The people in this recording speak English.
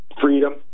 freedom